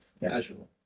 casual